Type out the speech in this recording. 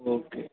okay